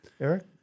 Eric